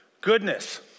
Goodness